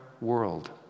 world